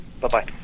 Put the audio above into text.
Bye-bye